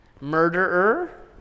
Murderer